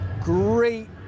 Great